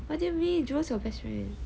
what do you mean jewels your best friend